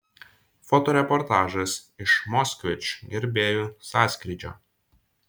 fotoreportažas iš moskvič gerbėjų sąskrydžio